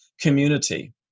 community